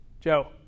Joe